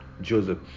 Joseph